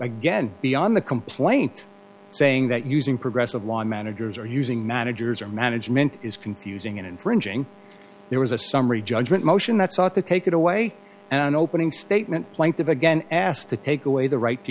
again beyond the complaint saying that using progressive law managers are using managers or management is confusing and infringing there was a summary judgment motion that sought to take it away an opening statement plaintiff again asked to take away the right to